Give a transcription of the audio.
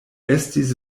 estis